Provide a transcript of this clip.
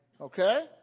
Okay